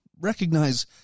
recognize